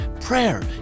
Prayer